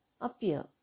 appear